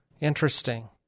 Interesting